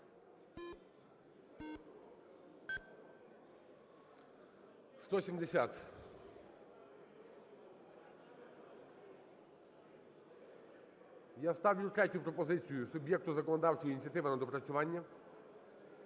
За-170 Я ставлю третю пропозицію: суб'єкту законодавчої ініціативи на доопрацювання.